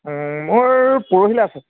মোৰ পৰহিলে আছে